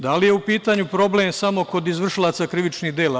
Da li je u pitanju problem samo kod izvršilaca krivičnih dela?